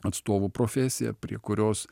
atstovų profesija prie kurios